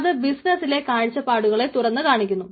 അത് ബിസിനസ്സിലെ കാഴ്ചപ്പാടുകളെ തുറന്നു കാണിക്കുന്നു